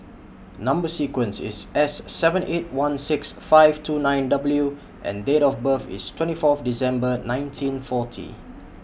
Number sequence IS S seven eight one six five two nine W and Date of birth IS twenty Fourth December nineteen forty